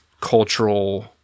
cultural